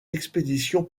expéditions